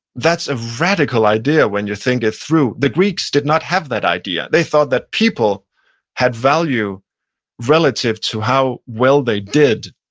that's a radical idea when you think ut through. the greeks did not have that idea they thought that people had value relative to how well they did,